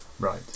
Right